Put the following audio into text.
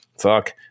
fuck